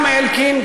גם אלקין,